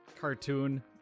cartoon